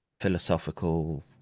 philosophical